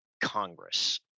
Congress